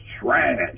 trash